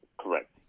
Correct